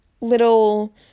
little